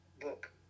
book